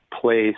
place